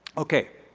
ok.